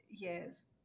yes